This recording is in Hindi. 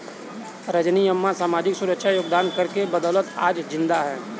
रजनी अम्मा सामाजिक सुरक्षा योगदान कर के बदौलत आज जिंदा है